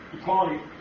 equality